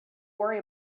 worry